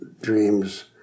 dreams